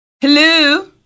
Hello